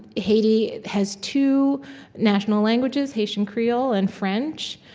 haiti has two national languages, haitian creole and french,